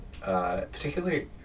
particularly